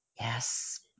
Yes